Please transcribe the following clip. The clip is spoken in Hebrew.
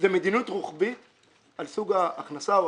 זו מדיניות רוחבית על סוג ההכנסה.